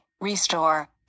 restore